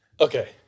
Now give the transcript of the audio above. Okay